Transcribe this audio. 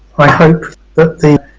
i hope that the,